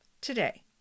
Today